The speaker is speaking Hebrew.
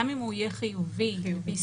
גם אם הוא יהיה חיובי ב-PCR,